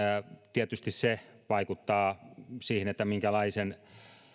tietysti se vaikuttaa siihen minkälaisen